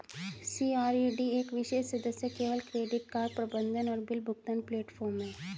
CRED एक विशेष सदस्य केवल क्रेडिट कार्ड प्रबंधन और बिल भुगतान प्लेटफ़ॉर्म है